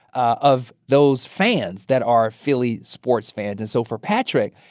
of those fans that are philly sports fans and so for patrick,